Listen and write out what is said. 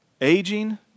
Aging